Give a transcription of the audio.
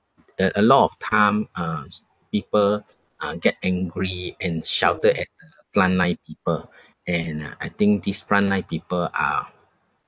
a a lot of time uh s~ people uh get angry and shouted at the frontline people and uh I think these frontline people are